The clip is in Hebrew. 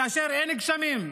כאשר אין גשמים,